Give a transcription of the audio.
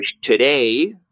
today